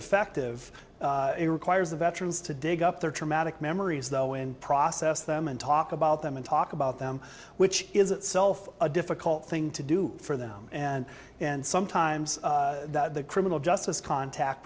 effective it requires the veterans to dig up their traumatic memories though and process them and talk about them and talk about them which is itself a difficult thing to do for them and and sometimes the criminal justice contact